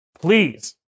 Please